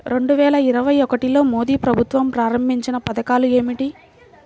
రెండు వేల ఇరవై ఒకటిలో మోడీ ప్రభుత్వం ప్రారంభించిన పథకాలు ఏమిటీ?